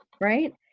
Right